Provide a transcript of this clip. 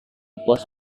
pos